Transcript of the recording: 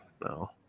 No